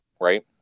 right